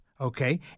okay